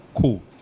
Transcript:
Cool